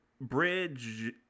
Bridge